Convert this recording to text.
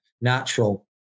natural